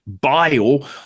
bile